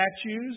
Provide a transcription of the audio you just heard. statues